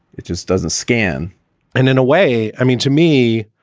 it just doesn't scan and in a way, i mean, to me.